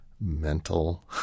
mental